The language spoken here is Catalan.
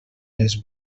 les